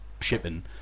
shipping